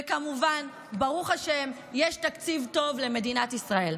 וכמובן ברוך השם יש תקציב טוב למדינת ישראל.